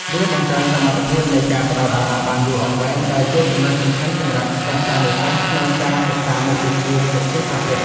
វាបង្កើនសមត្ថភាពនៃការផ្ដោតអារម្មណ៍បានយូរអង្វែងដែលជាចំណុចសំខាន់សម្រាប់សិស្សានុសិស្សក្នុងការសិក្សាមុខវិជ្ជាវិទ្យាសាស្ត្រពិត។